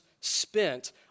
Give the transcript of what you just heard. spent